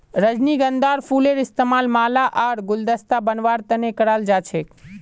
रजनीगंधार फूलेर इस्तमाल माला आर गुलदस्ता बनव्वार तने कराल जा छेक